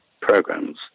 programs